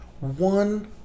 One